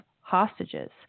hostages